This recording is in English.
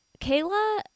kayla